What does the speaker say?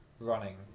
running